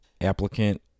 applicant